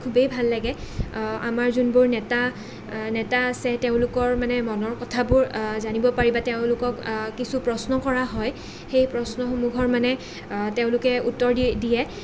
খুবেই ভাল লাগে আমাৰ যোনবোৰ নেতা নেতা আছে তেওঁলোকৰ মানে মনৰ কথাবোৰ জানিব পাৰি বা তেওঁলোকক কিছু প্ৰশ্ন কৰা হয় সেই প্ৰশ্নসমূহৰ মানে তেওঁলোকে উত্তৰ দি দিয়ে